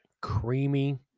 ...creamy